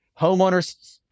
Homeowners